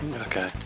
Okay